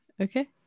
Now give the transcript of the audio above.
Okay